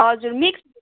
हजुर मिक्स